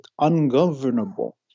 ungovernable